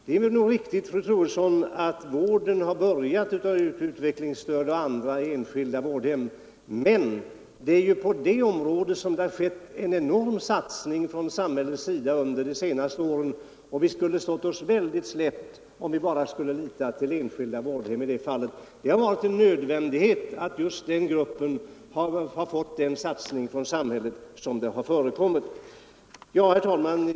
Det är nog riktigt, fru Troedsson, att vården av bl.a. utvecklingsstörda har börjat i enskilda vårdhem, men på det här området har ju samhället gjort en enorm satsning under de senaste åren. Vi skulle ha stått oss väldigt slätt, om vi bara skulle ha litat till enskilda vårdhem i det fallet. Det har varit en nödvändighet för samhället att satsa på just den gruppen. Herr talman!